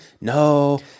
No